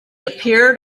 appeared